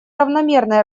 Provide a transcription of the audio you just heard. равномерное